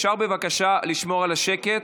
אפשר בבקשה לשמור על השקט?